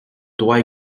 droit